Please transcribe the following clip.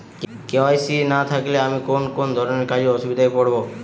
KYC না থাকলে আমি কোন কোন ধরনের কাজে অসুবিধায় পড়ব?